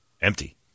Empty